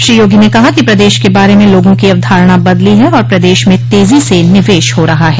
श्री योगी ने कहा कि प्रदेश के बारे में लोगों की अवधारणा बदली है और प्रदेश में तेजी से निवेश हो रहा है